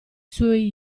suoi